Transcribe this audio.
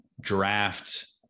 draft